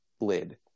lid